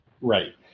Right